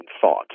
thought